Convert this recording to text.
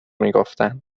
میگفتن